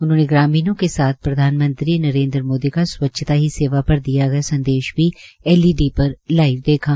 उन्होंने ग्रामीणों के साथ प्रधानमंत्री नरेनद्र मोदी का स्वच्छता ही सेवा पर दिया गया संदेश भी एलईडी पर लाईव देखा